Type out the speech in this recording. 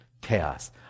Chaos